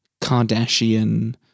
Kardashian-